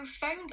phones